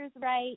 right